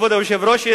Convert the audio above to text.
כבוד היושב-ראש,